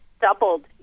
doubled